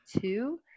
Two